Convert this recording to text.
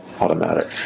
automatic